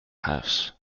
house